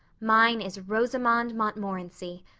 mine is rosamond montmorency.